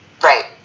Right